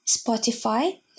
Spotify